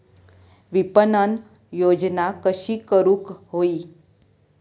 विपणन योजना कशी करुक होई?